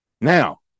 Now